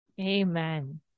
Amen